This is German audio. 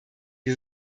die